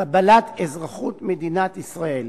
קבלת אזרחות מדינת ישראל